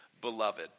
Beloved